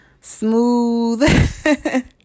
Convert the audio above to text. smooth